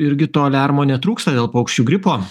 irgi to aliarmo netrūksta dėl paukščių gripo